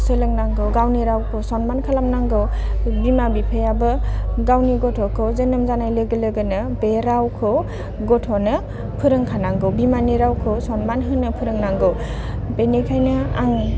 सोलोंनांगौ गावनि रावखौ सन्मान खालामनांगौ बिमा बिफायाबो गावनि गथ'खौ जोनोम जानाय लोगो लोगोनो बे रावखौ गथ'नो फोरोंखानांगौ बिमानि रावखौ सन्मान होनो फोरोंनांगौ बिनिखायनो आं